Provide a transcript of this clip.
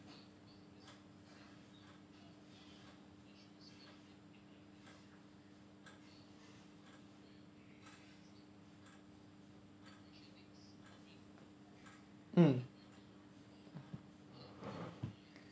mm